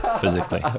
physically